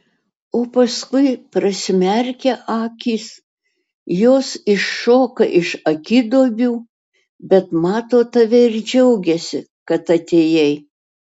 o paskui prasimerkia akys jos iššoka iš akiduobių bet mato tave ir džiaugiasi kad atėjai